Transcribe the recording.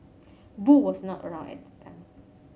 Boo was not around at the time